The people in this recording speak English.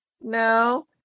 No